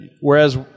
whereas